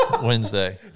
Wednesday